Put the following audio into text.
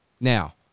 Now